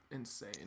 Insane